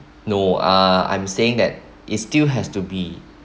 no uh I'm saying that it still has to be